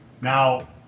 Now